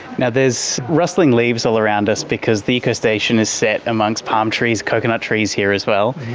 yeah there's rustling leaves all around us because the eco-station is set amongst palm trees, coconut trees here as well,